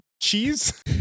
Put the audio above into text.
Cheese